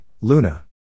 Luna